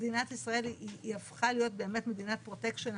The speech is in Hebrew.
מדינת ישראל הפכה להיות באמת מדינת פרוטקשן.